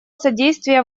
содействия